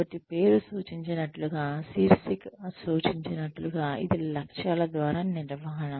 కాబట్టి పేరు సూచించినట్లుగా శీర్షిక సూచించినట్లుగా ఇది లక్ష్యాల ద్వారా నిర్వహణ